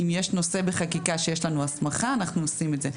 אם יש נושא בחקיקה שיש לנו הסמכה אנחנו עושים את זה.